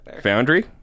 Foundry